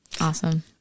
Awesome